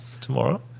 tomorrow